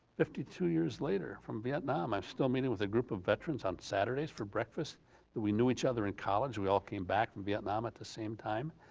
fifty two years later from vietnam i'm still meeting with a group of veterans on saturdays for breakfast that we knew each other in college, we all came back from vietnam at the same time,